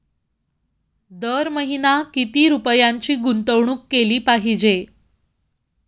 दर महिना किती रुपयांची गुंतवणूक केली पाहिजे?